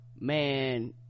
man